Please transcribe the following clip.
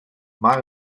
maar